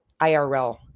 IRL